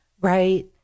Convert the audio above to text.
right